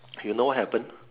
you know what happen